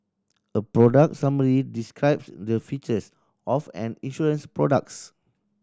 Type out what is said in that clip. a product summary describe the features of an insurance products